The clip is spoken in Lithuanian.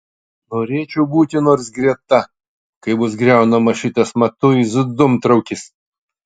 norėčiau būti nors greta kai bus griaunamas šitas matuizų dūmtraukis